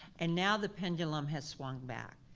and now the pendulum has swung back.